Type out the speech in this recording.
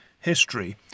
history